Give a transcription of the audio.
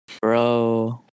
Bro